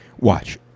Watch